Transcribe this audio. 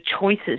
choices